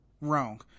wrong